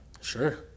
Sure